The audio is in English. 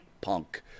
Punk